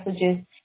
messages